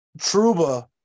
Truba